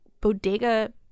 bodega